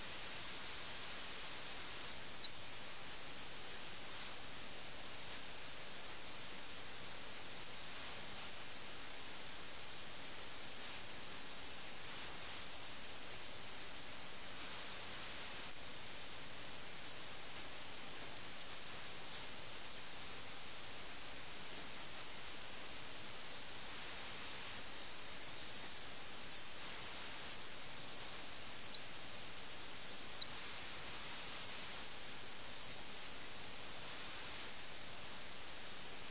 അവൻ നിരന്തരം തോൽക്കുന്നതിനാൽ അയാൾക്ക് അതൃപ്തിയുണ്ട് കൂടാതെ ചെസ്സ് കളിയുടെ മര്യാദയിൽ അവൻ തെറ്റ് കണ്ടെത്തുന്നു അവിടെ മിർ ഒരു നീക്കത്തിന് ധാരാളം സമയമെടുക്കുന്നു അത് മിർസയെ രോഷാകുലനാക്കുന്നു അവൻ പറയുന്നു "നിങ്ങൾ ഒരു നീക്കം നടത്താത്തിടത്തോളം ഒരു പീസും തൊടരുത്